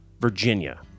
Virginia